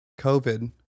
COVID